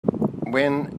when